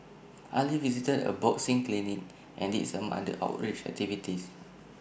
Ali visited A boxing clinic and did some other outreach activities